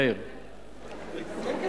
מאיר,